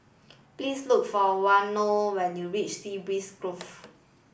please look for Waino when you reach Sea Breeze Grove